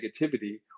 negativity